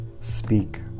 speak